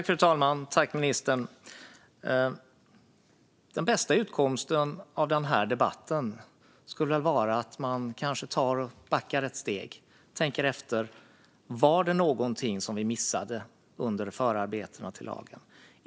Fru talman! Den bästa utgången av den här debatten skulle väl vara att backa ett steg och tänka efter om det var något som missades under förarbetena till lagen.